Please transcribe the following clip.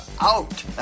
Out